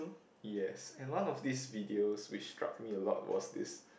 yes and one of these videos which struck me a lot was this